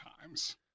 times